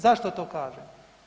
Zašto to kažem?